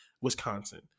Wisconsin